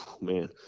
man